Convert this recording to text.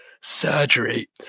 surgery